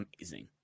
amazing